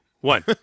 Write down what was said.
one